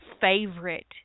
favorite